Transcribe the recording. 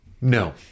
No